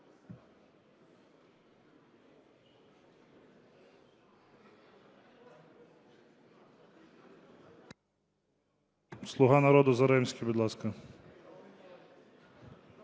"Слуга народу", Заремський, будь ласка.